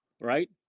right